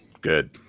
good